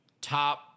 Top